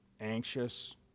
anxious